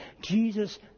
Jesus